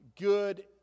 good